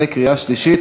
בקריאה שלישית,